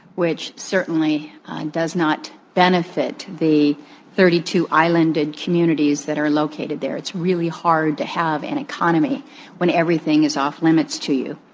which certainly does not benefit the thirty two ah islanded communities that are located there. it's really hard to have an economy when everything is off limits to you.